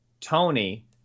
Tony